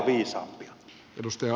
arvoisa puhemies